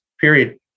period